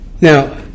Now